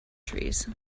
trees